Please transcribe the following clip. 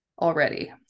already